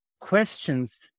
questions